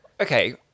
Okay